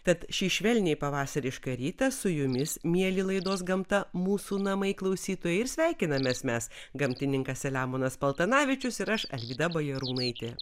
tad šį švelniai pavasarišką rytą su jumis mieli laidos gamta mūsų namai klausytojai ir sveikinamės mes gamtininkas selemonas paltanavičius ir aš alvyda bajarūnaitė